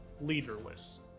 leaderless